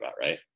right